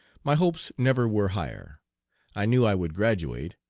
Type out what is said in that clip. my hopes never were higher i knew i would graduate.